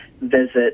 visit